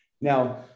Now